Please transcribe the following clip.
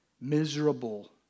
Miserable